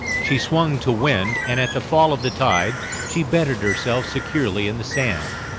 she swung to wind, and at the fall of the tide she bedded herself securely in the sand,